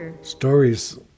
Stories